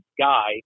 guy